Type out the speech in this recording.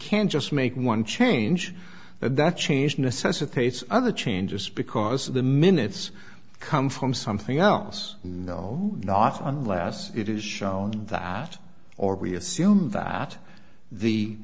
can't just make one change and that change necessitates other changes because the minutes come from something else no not unless it is shown that or we assume that the